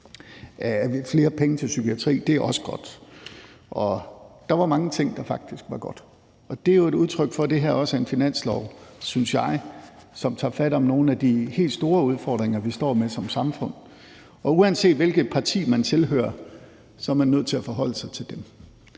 flere penge til psykiatrien, er også godt. Det var mange ting, der faktisk var godt, og det er jo et udtryk for, at det her også er en finanslov, synes jeg, som tager fat om nogle af de helt store udfordringer, vi står med som samfund. Uanset hvilket parti man tilhører, er man nødt til at forholde sig til dem,